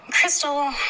Crystal